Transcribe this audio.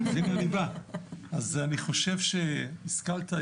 אני חושב שהשכלת,